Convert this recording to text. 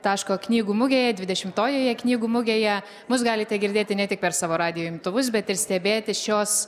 taško knygų mugėje dvidešimtojoje knygų mugėje mus galite girdėti ne tik per savo radijo imtuvus bet ir stebėti šios